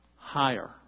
Higher